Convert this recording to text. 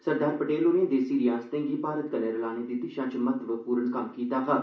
सरदार पटेल होरें देसी रियासतें गी भारत कन्नै रलाने दी दिशा च महत्वपूर्ण कम्म कीता हा